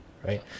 Right